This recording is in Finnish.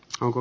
koko